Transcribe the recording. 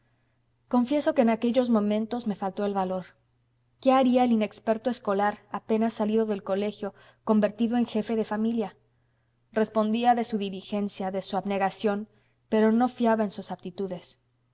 confieso que en aquellos momentos me faltó el valor qué haría el inexperto escolar apenas salido del colegio convertido en jefe de familia respondía de su diligencia de su abnegación pero no fiaba en sus aptitudes